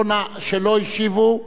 נא לקרוא בקריאה שנייה.